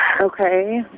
Okay